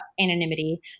anonymity